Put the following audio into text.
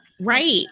Right